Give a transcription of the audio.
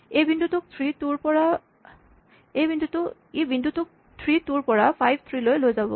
ই বিন্দুটোক three two ৰ পৰা ফাইভ থ্ৰী লৈ লৈ যাব